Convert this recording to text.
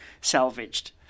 salvaged